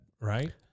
right